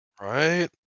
Right